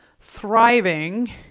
thriving